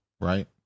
right